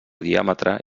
diàmetre